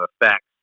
effects